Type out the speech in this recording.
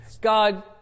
God